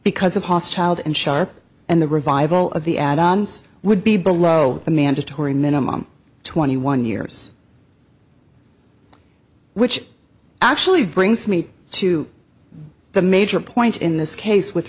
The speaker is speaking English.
because of hostiles and sharp and the revival of the add ons would be below the mandatory minimum twenty one years which actually brings me to the major point in this case with